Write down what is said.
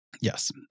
Yes